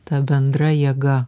ta bendra jėga